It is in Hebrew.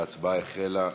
ההצבעה החלה.